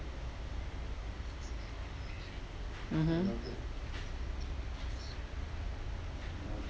mmhmm